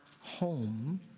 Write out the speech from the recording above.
home